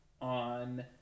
on